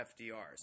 FDRs